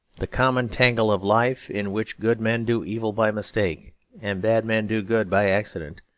the common tangle of life, in which good men do evil by mistake and bad men do good by accident,